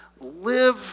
live